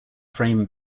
frame